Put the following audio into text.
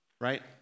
right